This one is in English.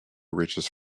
reaches